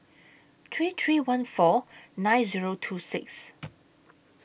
three three one four nine Zero two six